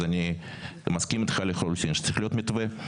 אז אני מסכים איתך לחלוטין שצריך להיות מתווה.